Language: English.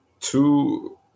Two